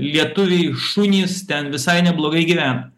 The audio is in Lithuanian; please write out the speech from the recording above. lietuviai šunys ten visai neblogai gyvena